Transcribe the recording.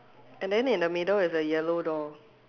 and then in the middle is a yellow door